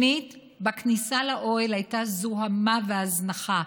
שנית, בכניסה לאוהל הייתה זוהמה והזנחה.